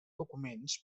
documents